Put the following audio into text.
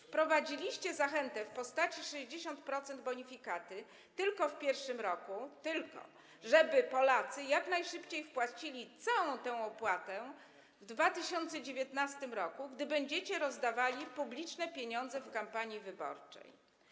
Wprowadziliście zachętę w postaci 60% bonifikaty tylko w pierwszym roku, żeby Polacy jak najszybciej wpłacili całą tę opłatę w 2019 r., gdy będziecie rozdawali publiczne pieniądze w kampanii wyborczej.